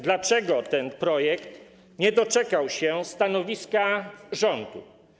Dlaczego ten projekt nie doczekał się stanowiska rządu?